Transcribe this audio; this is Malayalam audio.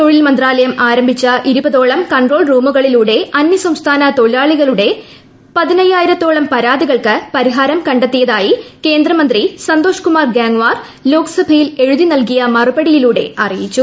തൊഴിൽ മന്ത്രാലയം ആരംഭിച്ച ഇരുപതോളം കൺട്രോൾ റൂമുകളിലൂടെ ആനൃസംസ്ഥാന തൊഴിലാളികളുടെ പതിനയ്യായിരത്തോളം പരാതികൾക്ക് പരിഹാരം കണ്ടെത്തിയതായി കേന്ദ്രമന്ത്രി സന്തോഷ് ക്കുമാർ ഗാങാർ ലോക്സഭയിൽ എഴുതി നൽകിയ മറുപടിയിലൂടെ അറിയിച്ചു